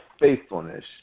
faithfulness